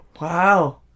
wow